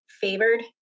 favored